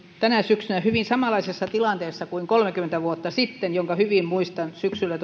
tänä syksynä hyvin samanlaisessa tilanteessa kuin kolmekymmentä vuotta sitten jonka hyvin muistan syksyllä